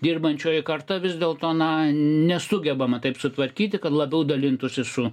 dirbančioji karta vis dėl to na nesugebama taip sutvarkyti kad labiau dalintųsi su